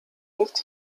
nicht